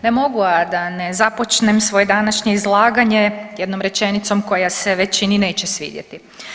Ne mogu, a da ne započnem svoje današnje izlaganje jednom rečenicom koja se većini neće svidjeti.